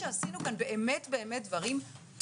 עשינו כאן דברים באמת טובים.